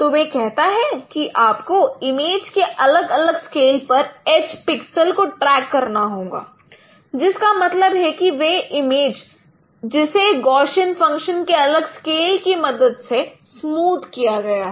तो वह कहता है कि आपको इमेज के अलग अलग स्केल पर एज पिक्सल को ट्रैक करना होगा जिसका मतलब है कि वह इमेज जिसे गौशियन फंक्शन के अलग स्केल की मदद से स्मूथ किया गया है